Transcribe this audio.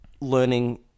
learning